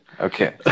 Okay